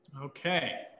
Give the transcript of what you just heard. Okay